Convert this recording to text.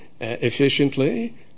efficiently